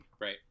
Right